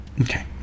Okay